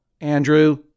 Andrew